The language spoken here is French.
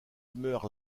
meurt